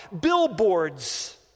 Billboards